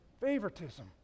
favoritism